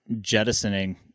jettisoning